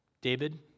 David